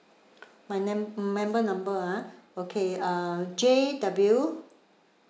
my mem~ member number ah okay uh J_W